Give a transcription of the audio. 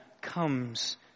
comes